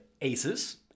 aces